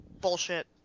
bullshit